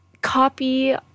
copy